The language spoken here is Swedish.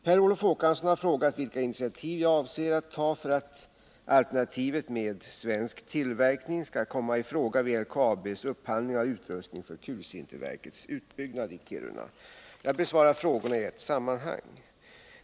Per Olof Håkansson har frågat vilka initiativ jag avser att ta för att alternativet med ”svensk tillverkning” skall komma i fråga vid LKAB:s upphandling av utrustning för kulsinterverkets utbyggnad i Kiruna. Jag besvarar frågorna i ett sammanhang.